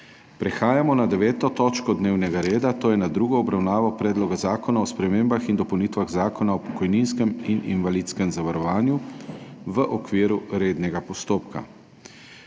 prekinjeno 9. točko dnevnega reda, to je z drugo obravnavo Predloga zakona o spremembah in dopolnitvah Zakona o pokojninskem in invalidskem zavarovanju v okviru rednega postopka.